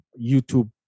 youtube